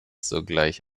sogleich